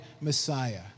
Messiah